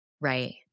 right